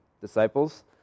disciples